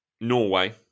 Norway